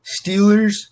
Steelers